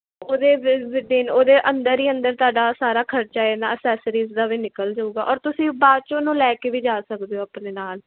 ਉਹਦੇ ਦਿਨ ਉਹਦੇ ਅੰਦਰ ਹੀ ਅੰਦਰ ਤੁਹਾਡਾ ਸਾਰਾ ਖਰਚਾ ਇਹਨਾਂ ਅਸੈਸਰੀਜ਼ ਦਾ ਵੀ ਨਿਕਲ ਜਾਊਗਾ ਔਰ ਤੁਸੀਂ ਬਾਅਦ 'ਚੋਂ ਉਹਨੂੰ ਲੈ ਕੇ ਵੀ ਜਾ ਸਕਦੇ ਹੋ ਆਪਣੇ ਨਾਲ